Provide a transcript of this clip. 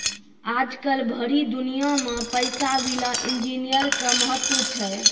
आजकल भरी दुनिया मे पैसा विला इन्जीनियर के महत्व छै